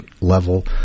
level